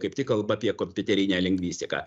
kaip tik kalba apie kompiuterinę lingvistiką